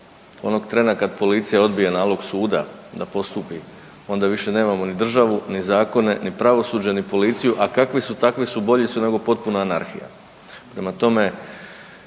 Onog trena kad policija odbije nalog suda da postupi onda više nemamo ni državu, ni zakone, ni pravosuđe, ni policiju, a kakvi su takvi su bolji su nego potpuna anarhija. Prema tome,